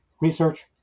Research